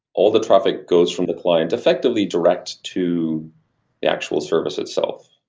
all the traffic goes from the client effectively direct to the actual service itself.